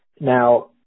Now